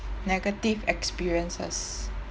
negative experiences